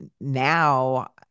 now